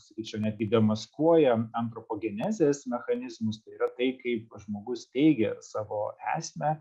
sakyčiau netgi demaskuoja antropogenezės mechanizmus tai yra tai kaip žmogus teigia savo esmę